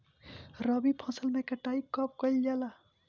रबी फसल मे कटाई कब कइल जाला?